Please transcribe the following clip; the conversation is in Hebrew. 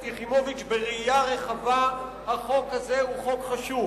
בראייה רחבה החוק הזה הוא חוק חשוב.